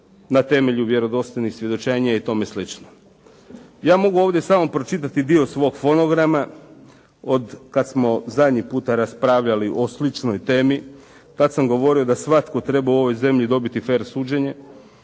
na temelju vjerodostojnih svjedočenja i tome slično. Ja mogu ovdje samo pročitati dio svog fonograma od kad smo zadnji puta raspravljali o sličnoj temi kad sam govorio da svatko treba u ovoj zemlji dobiti fer suđenje.